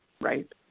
right